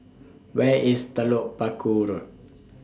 Where IS Telok Paku Road